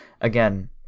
again